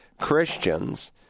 Christians